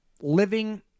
living